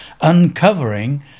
uncovering